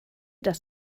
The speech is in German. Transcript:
das